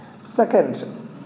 Second